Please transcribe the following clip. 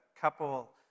couple